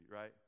right